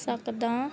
ਸਕਦਾ